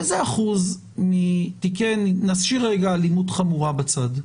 באיזה אחוז נשאיר רגע אלימות חמורה בצד,